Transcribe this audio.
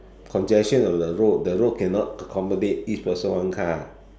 congestion of the road the road cannot accommodate each person one car